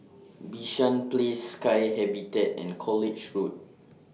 Bishan Place Sky Habitat and College Road